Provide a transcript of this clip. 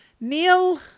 Neil